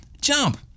Jump